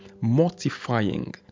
mortifying